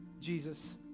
Jesus